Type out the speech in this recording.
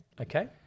Okay